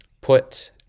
put